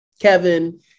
Kevin